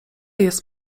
jest